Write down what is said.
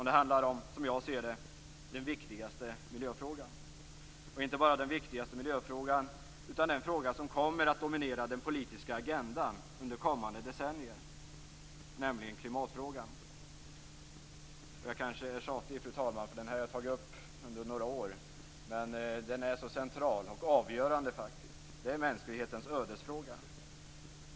Det handlar om, som jag ser det, den viktigaste miljöfrågan. Och det är inte bara den viktigaste miljöfrågan, utan det är den fråga som kommer att dominera den politiska agendan under kommande decennier, nämligen klimatfrågan. Fru talman! Jag är kanske tjatig, eftersom jag har tagit upp den frågan under några år, men den är central och avgörande. Klimatfrågan är mänsklighetens ödesfråga.